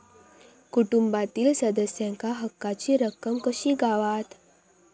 कुटुंबातील सदस्यांका हक्काची रक्कम कशी गावात?